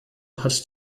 hat